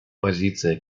позиция